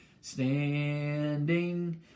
standing